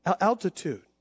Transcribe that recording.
altitude